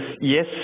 yes